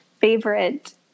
favorite